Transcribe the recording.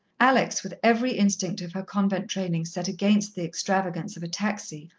alex, with every instinct of her convent training set against the extravagance of a taxi,